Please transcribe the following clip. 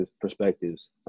perspectives